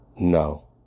No